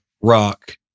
rock